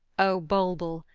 o bulbul,